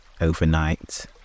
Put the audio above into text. overnight